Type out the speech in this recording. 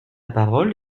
parole